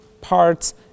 parts